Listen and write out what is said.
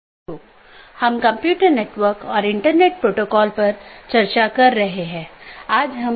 नमस्कार हम computer network और इंटरनेट पाठ्यक्रम पर अपनी चर्चा जारी रखेंगे